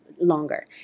longer